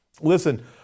Listen